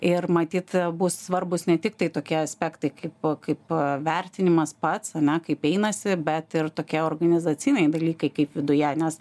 ir matyt bus svarbūs ne tik tai tokie aspektai kaip kaip vertinimas pats ane kaip einasi bet ir tokie organizaciniai dalykai kaip viduje nes